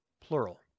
Plural